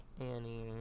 Annie